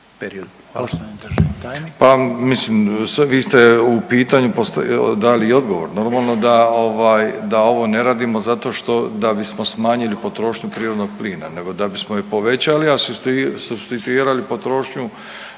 Pa mislim vi ste u pitanju dali i odgovor. Normalno da ovaj da ovo ne radimo zato što da bi smo smanjili potrošnju prirodnog plina, nego da bismo je povećali supstituirali potrošnju